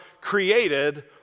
created